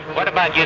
what about yeah